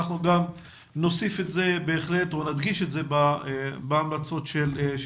אנחנו גם נדגיש את זה בהמלצות הוועדה.